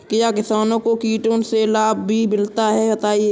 क्या किसानों को कीटों से लाभ भी मिलता है बताएँ?